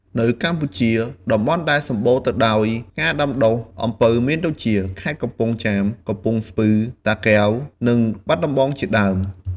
នៅកម្ពុជា តំបន់ដែលសម្បូរទៅដោយការដាំដុះអំពៅមានដូចជា ខេត្តកំពង់ចាម កំពង់ស្ពឺ តាកែវ និងបាត់ដំបង ជាដើម។